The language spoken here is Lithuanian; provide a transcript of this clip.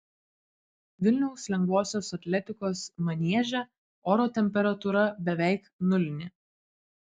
vilniaus lengvosios atletikos manieže oro temperatūra beveik nulinė